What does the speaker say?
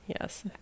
Yes